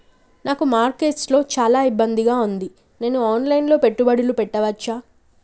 నాకు మార్కెట్స్ లో చాలా ఇబ్బందిగా ఉంది, నేను ఆన్ లైన్ లో పెట్టుబడులు పెట్టవచ్చా?